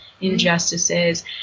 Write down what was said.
injustices